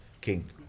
king